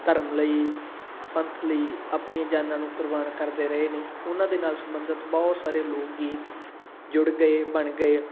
ਧਰਮ ਲਈ ਪੰਥ ਲਈ ਆਪਣੀਆਂ ਜਾਨਾਂ ਨੂੰ ਕੁਰਬਾਨ ਕਰਦੇ ਰਹੇ ਨੇ ਉਹਨਾਂ ਦੇ ਨਾਲ ਸੰਬੰਧਿਤ ਬਹੁਤ ਸਾਰੇ ਲੋਕ ਗੀਤ ਜੁੜ ਗਏ ਬਣ ਗਏ